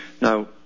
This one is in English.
Now